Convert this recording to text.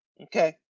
Okay